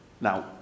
Now